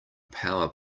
power